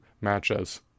matches